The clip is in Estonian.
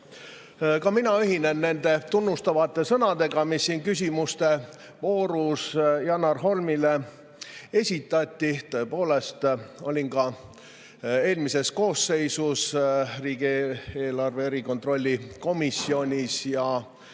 Ka mina ühinen nende tunnustavate sõnadega, mis siin küsimuste voorus Janar Holmi kohta öeldi. Tõepoolest, olin ka eelmises koosseisus riigieelarve kontrolli erikomisjonis